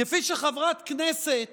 כפי שחברת כנסת